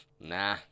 Nah